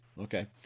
okay